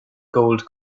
gold